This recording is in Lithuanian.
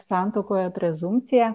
santuokoje prezumpciją